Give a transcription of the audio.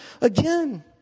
again